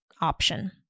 option